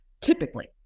typically